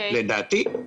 לדעתי,